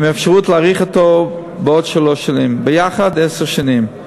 עם אפשרות להאריך בעוד שלוש שנים, ביחד, עשר שנים.